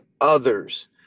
others